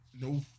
No